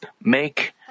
make